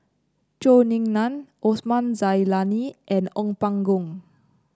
Zhou Ying Nan Osman Zailani and Ong Pang Boon